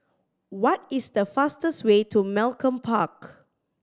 what is the fastest way to Malcolm Park